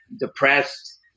depressed